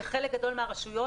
בחלק גדול מהרשויות,